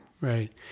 Right